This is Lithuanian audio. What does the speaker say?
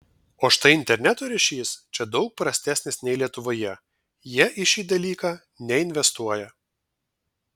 o štai interneto ryšys čia daug prastesnis nei lietuvoje jie į šį dalyką neinvestuoja